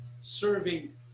serving